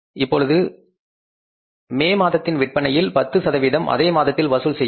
இப்பொழுது மே மாதத்தின் விற்பனையில் 10 அதே மாதத்தில் வசூல் செய்யப்படும்